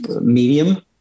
medium